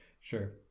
Sure